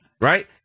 Right